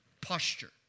posture